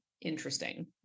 interesting